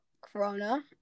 Corona